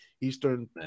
eastern